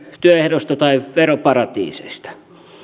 työehdoista tai veroparatiiseista